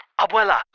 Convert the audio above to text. Abuela